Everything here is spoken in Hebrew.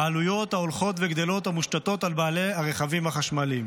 העלויות ההולכות וגדלות המושתות על בעלי הרכבים החשמליים.